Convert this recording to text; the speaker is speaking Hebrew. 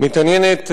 מתעניינת,